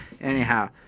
Anyhow